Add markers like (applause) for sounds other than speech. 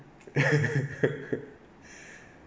(laughs)